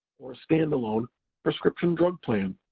or a standalone prescription drug plan.